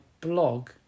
blog